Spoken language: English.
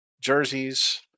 jerseys